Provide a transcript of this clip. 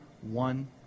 one